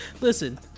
listen